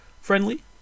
friendly